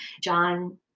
John